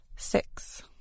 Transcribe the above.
Six